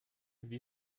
wie